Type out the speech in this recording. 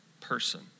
person